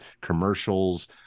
commercials